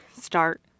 start